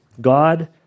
God